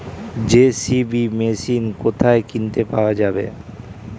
JCB machine কোথায় কিনতে পাওয়া যাবে?